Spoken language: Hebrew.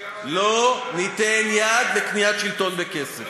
לא ניתן יד לקניית שלטון בכסף.